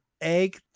egg